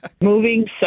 moving